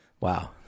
Wow